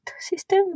system